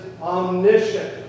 omniscient